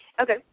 Okay